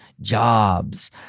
Jobs